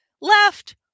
left